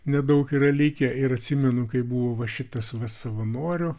nedaug yra likę ir atsimenu kaip buvo va šitas va savanorių